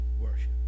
worship